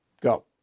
Go